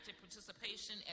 participation